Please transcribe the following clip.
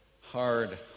Hard